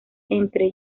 entre